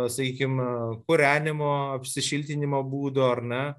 sakykim kūrenimo apsišiltinimo būdo ar ne